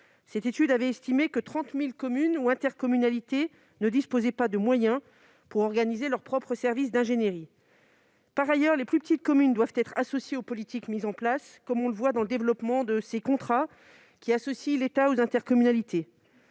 dernière. Il estimait que 30 000 communes ou intercommunalités ne disposaient pas des moyens suffisants pour organiser leurs propres services d'ingénierie. Par ailleurs, les plus petites communes doivent être associées aux politiques mises en place, comme on le voit dans le développement des contrats associant l'État aux intercommunalités.